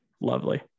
lovely